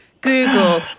Google